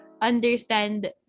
understand